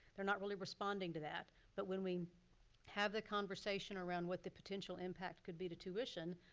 they're not really responding to that. but when we have the conversation around what the potential impact could be to tuition,